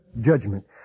judgment